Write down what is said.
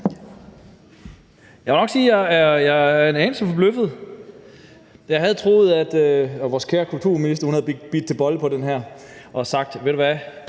Jeg må nok sige, at jeg er en anelse forbløffet. Jeg havde troet, at vores kære kulturminister havde bidt til bolle på den her og sagt: Ved I hvad,